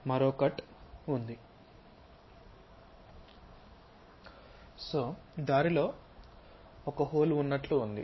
కాబట్టి దారిలో ఒక హోల్ ఉన్నట్లు ఉంటుంది